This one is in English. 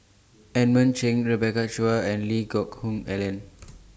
Edmund Cheng Rebecca Chua and Lee Geck Hoon Ellen